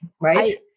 right